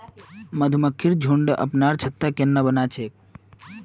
मधुमक्खिर झुंड अपनार छत्ता केन न बना छेक